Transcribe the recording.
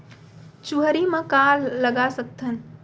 चुहरी म का लगा सकथन?